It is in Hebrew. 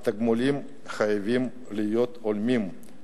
התגמולים חייבים להיות הולמים,